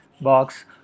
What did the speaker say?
box